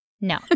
No